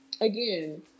again